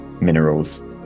minerals